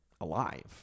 alive